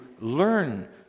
learn